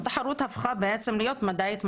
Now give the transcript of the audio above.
התחרות הפכה בעצם להיות מדעית מחקרית.